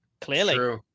Clearly